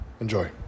enjoy